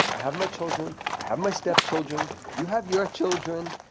i have my children. i have my stepchildren. you have your children.